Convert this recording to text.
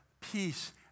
peace